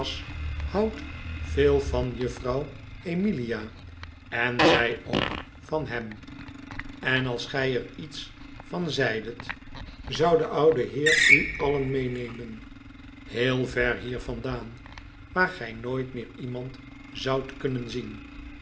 houdt veel van juffrouw emilia en zij ook van hem eh als gij er iets van zeidet zou de oude heer u alien meenemen heel ver hier vandaan waar gij nooit meer iemand zoudt kunnen zien